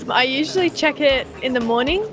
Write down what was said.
um i usually check it in the morning,